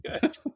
good